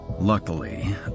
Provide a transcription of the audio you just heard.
Luckily